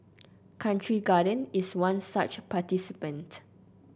Country Garden is one such participant